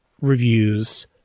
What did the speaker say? reviews